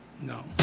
No